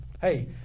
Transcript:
hey